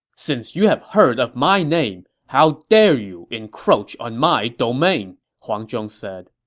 since you have heard of my name, how dare you encroach on my domain? huang zhong said